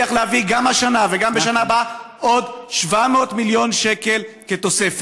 נצליח להביא כבר השנה וגם בשנה הבאה עוד 700 מיליון שקל כתוספת.